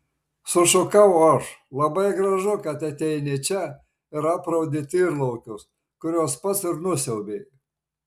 sušukau aš labai gražu kad ateini čia ir apraudi tyrlaukius kuriuos pats ir nusiaubei